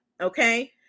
Okay